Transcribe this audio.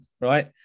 right